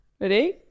Ready